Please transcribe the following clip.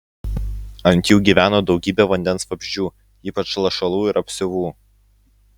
ant jų gyveno daugybė vandens vabzdžių ypač lašalų ir apsiuvų